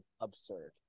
absurd